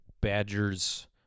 Badgers